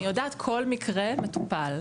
אני יודעת כל מקרה מטופל.